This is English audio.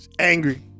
angry